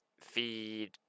feed